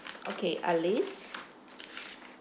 okay alice